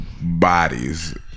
bodies